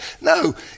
No